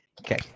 Okay